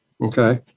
okay